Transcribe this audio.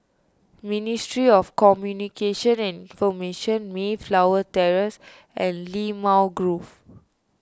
Ministry of Communications and Information Mayflower Terrace and Limau Grove